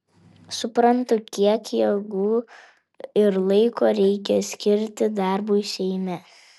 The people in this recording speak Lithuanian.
suprantu kiek jėgų ir laiko reikia skirti darbui seime